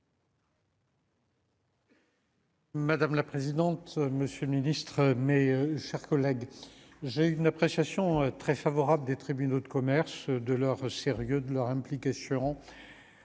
Madame la présidente, monsieur le ministre, mes chers collègues, j'ai une appréciation très favorable des tribunaux de commerce de leur sérieux de leur implication